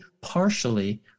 partially